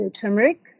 turmeric